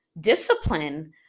discipline